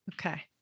Okay